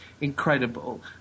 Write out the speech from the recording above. incredible